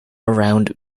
around